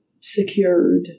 secured